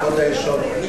בבקשה.